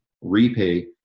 repay